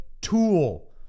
tool